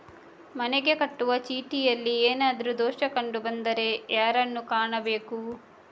ಮನೆಗೆ ಕಟ್ಟುವ ಚೀಟಿಯಲ್ಲಿ ಏನಾದ್ರು ದೋಷ ಕಂಡು ಬಂದರೆ ಯಾರನ್ನು ಕಾಣಬೇಕು?